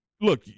Look